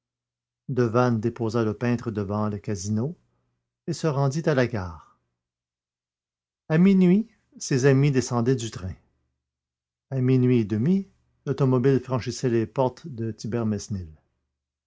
devanne déposa le peintre devant le casino et se rendit à la gare à minuit ses amis descendaient du train à minuit et demi l'automobile franchissait les portes de